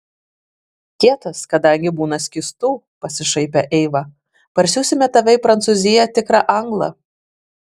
kietas kadangi būna skystų pasišaipė eiva parsiųsime tave į prancūziją tikrą anglą